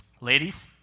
Ladies